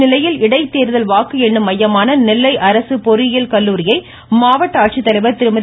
இந்நிலையில் இடைத்தோதல் வாக்கு எண்ணும் மையமான நெல்லை அரசு பொறியியல் கல்லூரியை மாவட்ட ஆட்சித்தலைவர் திருமதி